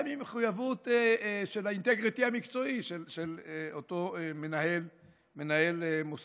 גם אם היא מחויבות של האינטגריטי המקצועי של אותו מנהל מוסד.